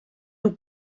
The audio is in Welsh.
nhw